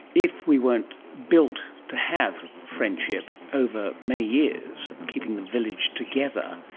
if we weren't built to have friendship over many years, keeping the village together,